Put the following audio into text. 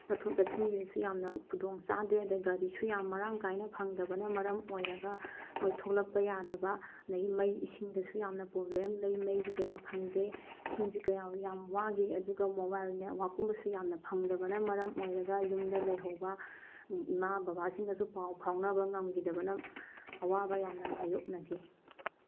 ꯆꯠꯊꯣꯛ ꯆꯠꯁꯤꯟꯒꯤꯗꯁꯨ ꯌꯥꯝꯅ ꯈꯨꯗꯣꯡ ꯆꯥꯗꯦ ꯑꯗꯒꯤ ꯒꯥꯔꯤꯁꯨ ꯌꯥꯝ ꯃꯔꯥꯡ ꯀꯥꯏꯅ ꯐꯪꯗꯕꯅ ꯃꯔꯝ ꯑꯣꯏꯔꯒ ꯑꯩꯈꯣꯏ ꯊꯣꯂꯛꯄ ꯌꯥꯗꯕ ꯑꯗꯩ ꯃꯩ ꯏꯁꯤꯡꯗꯁꯨ ꯌꯥꯝ ꯄ꯭ꯔꯣꯕ꯭ꯂꯦꯝ ꯂꯩ ꯃꯩꯁꯨ ꯀꯌꯥ ꯐꯪꯗꯦ ꯏꯁꯤꯡꯁꯨ ꯀꯌꯥ ꯌꯥꯝ ꯋꯥꯈꯤ ꯑꯗꯨꯒ ꯃꯣꯕꯥꯏꯜ ꯅꯦꯠꯋꯥꯔꯛꯀꯨꯝꯕꯁꯨ ꯌꯥꯝꯅ ꯐꯪꯗꯕꯅ ꯃꯔꯝ ꯑꯣꯏꯔꯒ ꯌꯨꯝꯗ ꯂꯩꯍꯧꯕ ꯏꯃꯥ ꯕꯕꯥꯁꯤꯡꯒꯁꯨ ꯄꯥꯎ ꯐꯥꯎꯅꯕ ꯉꯝꯒꯤꯗꯕꯅ ꯑꯋꯥꯕ ꯌꯥꯝꯅ ꯃꯥꯏꯌꯣꯛꯅꯈꯤ